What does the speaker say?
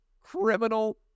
criminal